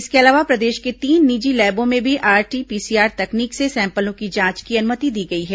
इसके अलावा प्रदेश के तीन निजी लैबों में भी आरटी पीसीआर तकनीक से सैंपलों की जांच की अनुमति दी गई है